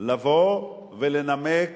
לבוא ולנמק